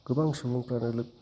गोबां सुबुंफोरानो